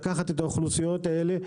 לקחת את האוכלוסיות האלה,